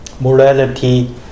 morality